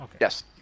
Yes